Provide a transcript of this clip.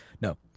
no